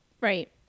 Right